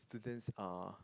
student's uh